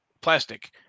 plastic